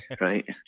right